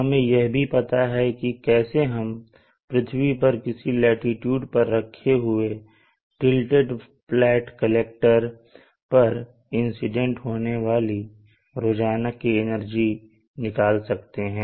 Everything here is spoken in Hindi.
हमें यह भी पता है कि कैसे हम पृथ्वी पर किसी लाटीट्यूड पर रखे हुए टीलटेड फ्लैट प्लेट कलेक्टर पर इंसीडेंट होने वाली रोजाना की एनर्जी निकाल सकते हैं